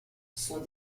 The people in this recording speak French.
sont